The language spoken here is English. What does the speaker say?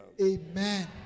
Amen